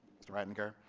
mr. reitiinger.